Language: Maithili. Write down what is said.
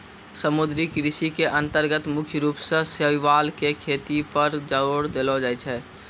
समुद्री कृषि के अन्तर्गत मुख्य रूप सॅ शैवाल के खेती पर जोर देलो जाय छै